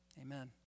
amen